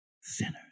sinners